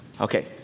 Okay